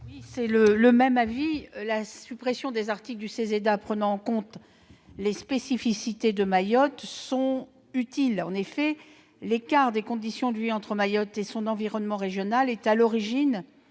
Gouvernement ? Même avis. Les articles du CESEDA visant à prendre en compte les spécificités de Mayotte sont utiles. En effet, l'écart de conditions de vie entre Mayotte et son environnement régional est à l'origine